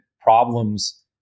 problems